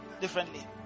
differently